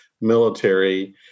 military